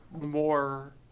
more